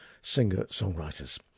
singer-songwriters